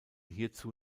hierzu